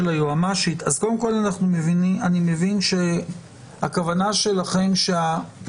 קודם כול, אין חובה של הנאמן לאפשר.